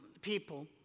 people